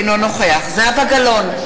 אינו נוכח זהבה גלאון,